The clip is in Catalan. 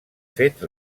fet